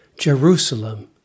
Jerusalem